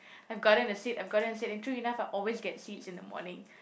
I've gotten a seat I've gotten a seat and true enough I always get seats in the morning